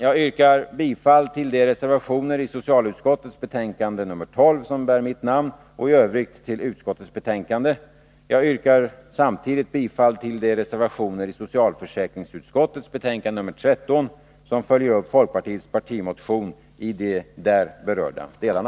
Jag yrkar bifall till de reservationer i socialutskottets betänkande nr 12 som bär mitt namn och i övrigt till utskottets hemställan. Jag yrkar samtidigt bifall till de reservationer i socialförsäkringsutskottets betänkande nr 13 som följer upp folkpartiets partimotion i de där berörda delarna.